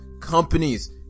companies